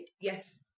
yes